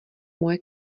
moje